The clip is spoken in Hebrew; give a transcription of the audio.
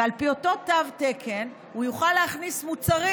ועל פי אותו תו תקן הוא יוכל להכניס מוצרים.